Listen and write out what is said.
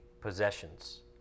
possessions